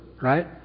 right